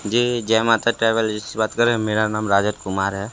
जय जय माता ट्रेवल्स से बात कर रहे हैं मेरा नाम राजन कुमार है